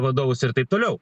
vadovus ir taip toliau